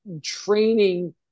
training